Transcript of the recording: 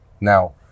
now